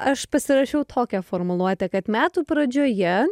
aš pasirašiau tokią formuluotę kad metų pradžioje